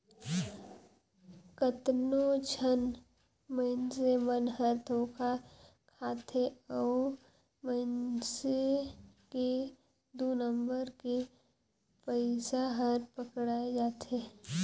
कतनो झन मइनसे मन हर धोखा खाथे अउ मइनसे के दु नंबर के पइसा हर पकड़ाए जाथे